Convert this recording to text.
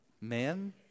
Man